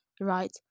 Right